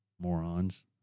morons